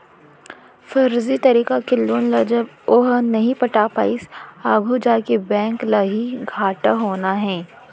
फरजी तरीका के लोन ल जब ओहा नइ पटा पाइस आघू जाके बेंक ल ही घाटा होना हे